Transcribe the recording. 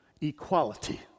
Equality